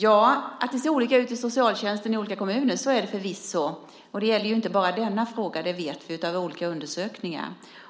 så att det ser olika ut i socialtjänsten i olika kommuner. Det gäller inte bara denna fråga. Det vet vi från olika undersökningar.